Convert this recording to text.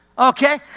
Okay